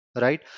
right